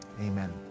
Amen